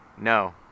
No